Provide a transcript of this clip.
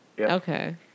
Okay